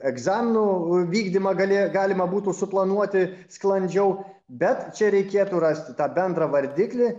egzamnų vykdymą gali galima būtų suplanuoti sklandžiau bet čia reikėtų rasti tą bendrą vardiklį